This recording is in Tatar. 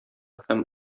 һәм